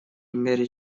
мере